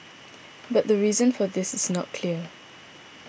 but the reason for this is not clear